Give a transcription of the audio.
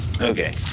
Okay